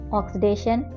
oxidation